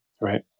Right